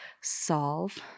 solve